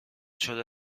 شده